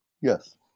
Yes